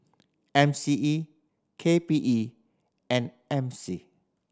M C E K P E and M C